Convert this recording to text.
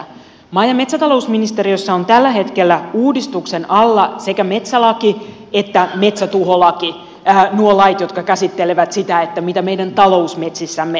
maa ja metsätalousministeriössä on tällä hetkellä uudistuksen alla sekä metsälaki että metsätuholaki nuo lait jotka käsittelevät sitä mitä meidän talousmetsissämme saa tehdä